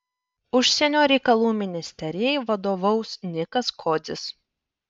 užsienio reikalų ministerijai vadovaus nikas kodzis